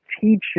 teaching